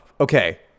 okay